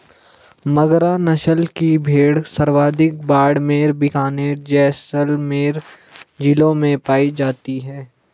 मगरा नस्ल की भेड़ सर्वाधिक बाड़मेर, बीकानेर, जैसलमेर जिलों में पाई जाती है